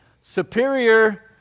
superior